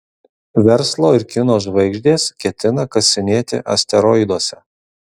verslo ir kino žvaigždės ketina kasinėti asteroiduose